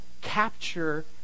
capture